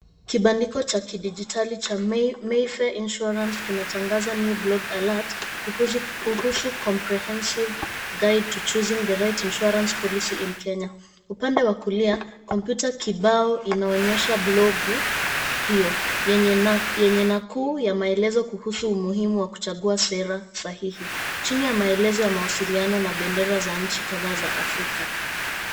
Kibandiko cha kidijitali cha Mayfair Insurance kinatangaza, "New Blog Alert" kuhusu, "Comprehensive Guide to Choosing the Right Insurance Policy in Kenya." Upande wa kulia kompyuta kibao inaonyesha blog hiyo yenye, nakuu ya maelezo kuhusu umuhimu wa kuchagua sera sahihi. Chini ya maelezo ya mawasiliano na bendera za nchi kadhaa za Afrika.